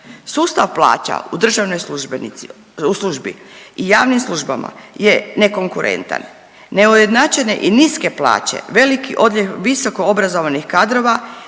Sustav plaća u državnoj službenici, u službi i javnim službama je nekonkurentan. Neujednačene i niske plaće, veliki odljev visokoobrazovanih kadrova,